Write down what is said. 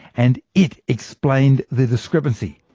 and it explained the discrepancy.